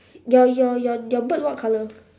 your your your your bird what colour